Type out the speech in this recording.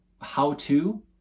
how-to